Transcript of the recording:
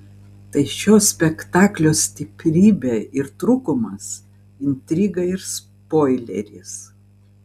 tai šio spektaklio stiprybė ir trūkumas intriga ir spoileris